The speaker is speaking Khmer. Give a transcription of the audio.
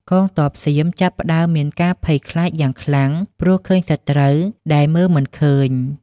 កងទ័ពសៀមចាប់ផ្ដើមមានការភ័យខ្លាចយ៉ាងខ្លាំង ព្រោះឃើញសត្រូវដែលមើលមិនឃើញ។